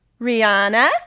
Rihanna